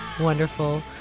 wonderful